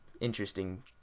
interesting